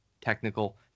technical